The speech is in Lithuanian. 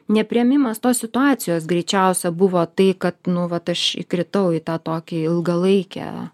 nepriėmimas tos situacijos greičiausia buvo tai kad nu vat aš įkritau į tą tokį ilgalaikę